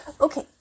Okay